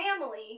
family